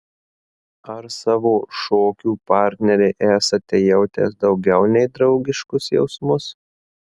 ar savo šokių partnerei esate jautęs daugiau nei draugiškus jausmus